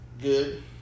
good